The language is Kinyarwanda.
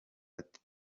ati